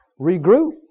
regroup